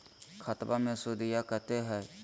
खतबा मे सुदीया कते हय?